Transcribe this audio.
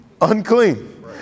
unclean